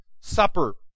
supper